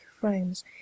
frames